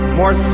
more